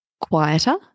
quieter